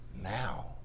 now